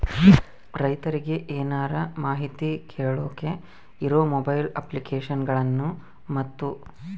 ರೈತರಿಗೆ ಏನರ ಮಾಹಿತಿ ಕೇಳೋಕೆ ಇರೋ ಮೊಬೈಲ್ ಅಪ್ಲಿಕೇಶನ್ ಗಳನ್ನು ಮತ್ತು?